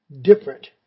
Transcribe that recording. different